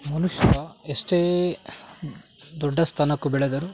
ಮನುಷ್ಯ ಎಷ್ಟೇ ದೊಡ್ಡ ಸ್ಥಾನಕ್ಕೂ ಬೆಳೆದರೂ